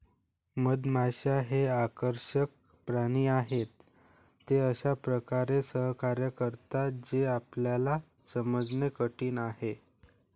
मधमाश्या हे आकर्षक प्राणी आहेत, ते अशा प्रकारे सहकार्य करतात जे आपल्याला समजणे कठीण आहे